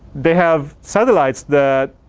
they have satellites that